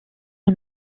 son